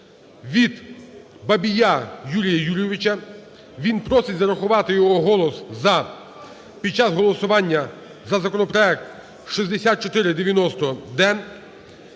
від Бабія Юрія Юрійовича. Він просить зарахувати його голос "за" під час голосування за законопроект 6490-д.